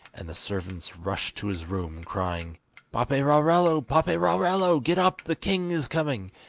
and the servants rushed to his room, crying paperarello! paperarello! get up, the king is coming.